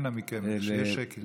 אנא מכם, שיהיה שקט.